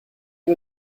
une